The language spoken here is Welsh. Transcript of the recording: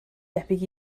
debyg